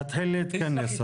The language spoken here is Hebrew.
תתחיל להתכנס אבל.